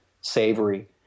savory